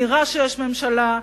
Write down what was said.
נראה שיש ממשלה,